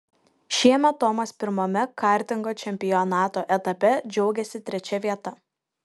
šiemet tomas pirmame kartingo čempionato etape džiaugėsi trečia vieta